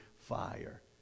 fire